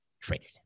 traded